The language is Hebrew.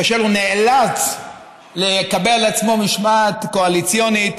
כאשר הוא נאלץ לקבל על עצמו משמעת קואליציונית